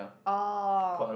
oh